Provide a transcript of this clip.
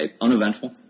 uneventful